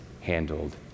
handled